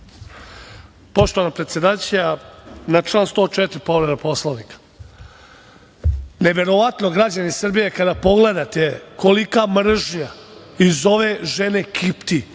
Poštovana predsedavajuća, na član 104. povreda Poslovnika. Neverovatno građani Srbije kada pogledate kolika mržnja iz ove žene kipti,